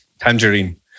tangerine